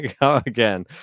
Again